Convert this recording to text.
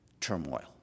Turmoil